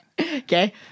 Okay